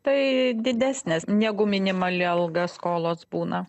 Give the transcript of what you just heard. tai didesnės negu minimali alga skolos būna